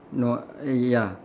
no ya